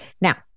Now